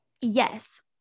Yes